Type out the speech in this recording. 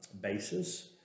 basis